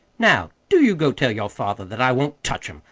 now, do you go tell your father that i won't touch em.